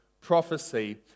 prophecy